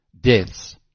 Deaths